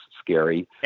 scary